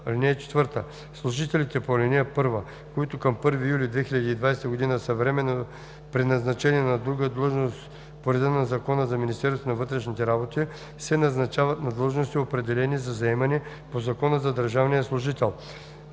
работи. (4) Служителите по ал. 1, които към 1 юли 2020 г. са временно преназначени на друга длъжност по реда на Закона за Министерството на вътрешните работи, се назначават на длъжности, определени за заемане по Закона за държавния служител,